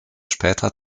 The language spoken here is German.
später